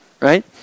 Right